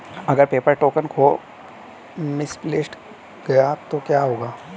अगर paper token खो misplaced गया तो क्या होगा?